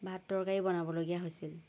ভাত তৰকাৰি বনাবলগীয়া হৈছিল